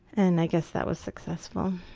and i guess that was successful.